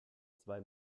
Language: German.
zwei